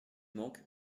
manque